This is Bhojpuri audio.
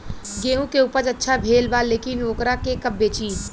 गेहूं के उपज अच्छा भेल बा लेकिन वोकरा के कब बेची?